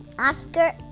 Oscar